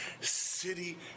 city